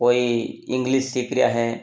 कोई इंग्लिस सीख रहा है